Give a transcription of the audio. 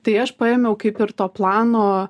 tai aš paėmiau kaip ir to plano